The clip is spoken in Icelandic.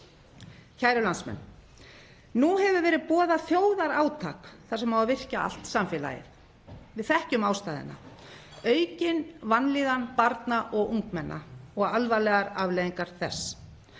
Kæru landsmenn, Nú hefur verið boðað þjóðarátak þar sem á að virkja allt samfélagið. Við þekkjum ástæðuna, aukin vanlíðan barna og ungmenna og alvarlegar afleiðingar þess,